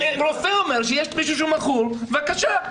אם רופא אומר שיש מישהו שהוא מכור, בבקשה.